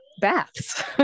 baths